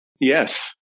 Yes